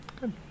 Good